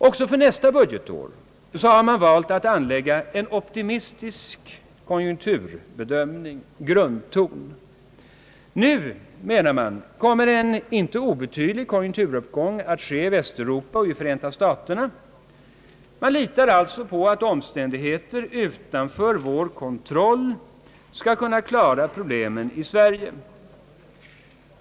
Även för nästa budgetår har man valt att anlägga en optimistisk konjunkturbedömning och grundton. Nu, menar man, kommer en icke obetydlig konjunkturuppgång att ske i Västeuropa och i Förenta staterna. Man litar alltså på att omständigheter utanför vår kontroll skall kunna klara problemen i Sverige.